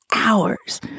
Hours